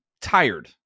tired